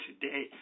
today